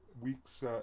week's